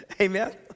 Amen